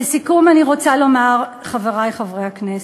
לסיכום, אני רוצה לומר, חברי חברי הכנסת,